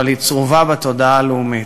אבל היא צרובה בתודעה הלאומית.